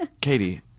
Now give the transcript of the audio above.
Katie